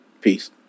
peace